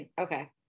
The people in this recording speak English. okay